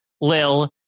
Lil